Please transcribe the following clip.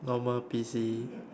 normal P_C